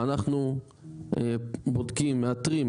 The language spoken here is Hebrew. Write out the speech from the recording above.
ואנחנו בודקים, מאתרים,